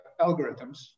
algorithms